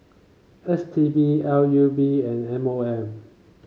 S T B L U P and M O M